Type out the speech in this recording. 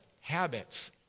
Habits